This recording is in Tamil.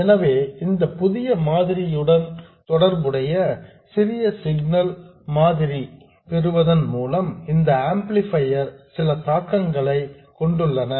எனவே இந்த புதிய மாதிரியுடன் தொடர்புடைய சிறிய சிக்னல் மாதிரியை பெறுவதன் மூலம் இந்த ஆம்ப்ளிபையர் சில தாக்கங்களை கொண்டுள்ளன